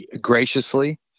graciously